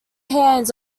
hands